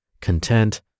content